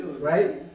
Right